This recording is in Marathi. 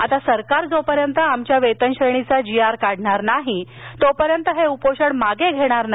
आता सरकार जोपर्यंत आमच्या वेतन श्रेणीचा जीआर काढणार नाही तोपर्यंत हे उपोषण मागे घेणार नाही